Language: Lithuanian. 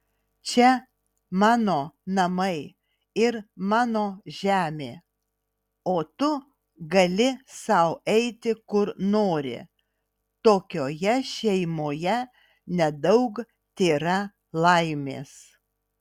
čia mano namai ir mano žemė o tu gali sau eiti kur nori tokioje šeimoje nedaug tėra laimės